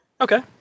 okay